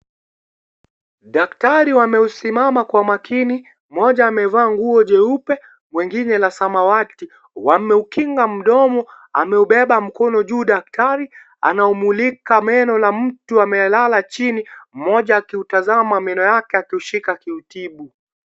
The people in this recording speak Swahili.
Daktari wameusimama kwa makini, mmoja amevaa nguo jeupe wengine la samawati. Wameukinga mdomo. Ameubeba mkono juu daktari. Anaumulika meno la mtu amelala chini. Mmoja akiutazama meno yake akiushika akiutibu.